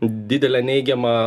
didelę neigiamą